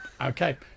Okay